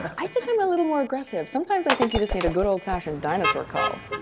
i think i'm a little more aggressive. sometimes i think you just need a good old fashioned dinosaur. carl.